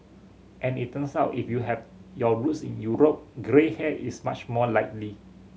and it turns out if you have your roots in Europe grey hair is much more likely